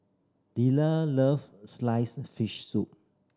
Delia love sliced fish soup